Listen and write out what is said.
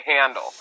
handle